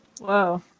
Wow